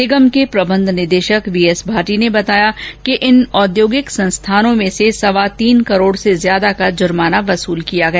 निगम के प्रबंध निदेशक वी एस भाटी ने बताया कि इन औद्योगिक संस्थानों से से सवा तीन करोड़ से ज्यादा का जुर्माना वसूल किया गया